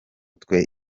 twe